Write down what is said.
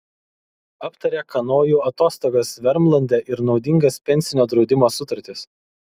aptarė kanojų atostogas vermlande ir naudingas pensinio draudimo sutartis